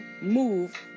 move